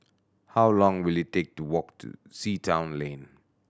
how long will it take to walk to Sea Town Lane